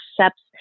accepts